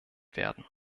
werden